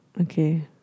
Okay